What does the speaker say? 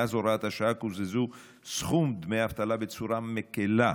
מאז הוראת השעה קוזז סכום דמי האבטלה בצורה מקילה,